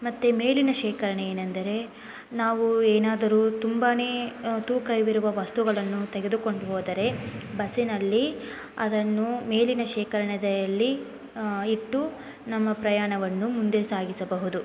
ಮತ್ತು ಮೇಲಿನ ಶೇಖರಣೆ ಏನೆಂದರೆ ನಾವು ಏನಾದರೂ ತುಂಬಾ ತೂಕ ಇರುವ ವಸ್ತುಗಳನ್ನು ತೆಗೆದುಕೊಂಡು ಹೋದರೆ ಬಸ್ಸಿನಲ್ಲಿ ಅದನ್ನು ಮೇಲಿನ ಶೇಖರಣೆದೆಯಲ್ಲಿ ಇಟ್ಟು ನಮ್ಮ ಪ್ರಯಾಣವನ್ನು ಮುಂದೆ ಸಾಗಿಸಬಹುದು